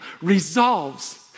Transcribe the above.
resolves